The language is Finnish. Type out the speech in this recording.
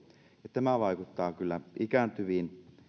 tämä vaikuttaa kyllä ikääntyviin